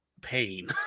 pain